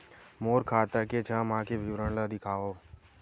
मोर खाता के छः माह के विवरण ल दिखाव?